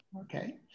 Okay